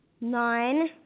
nine